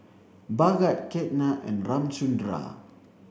Bhagat Ketna and Ramchundra